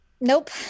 Nope